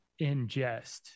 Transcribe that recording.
ingest